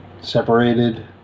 separated